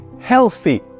healthy